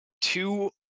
two